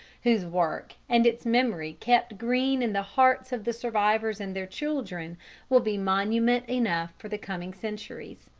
whose work and its memory kept green in the hearts of the survivors and their children will be monument enough for the coming centuries.